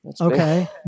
Okay